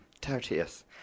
Tertius